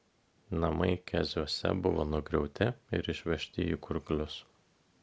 namai keziuose buvo nugriauti ir išvežti į kurklius